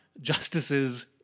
justices